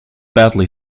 badly